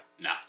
No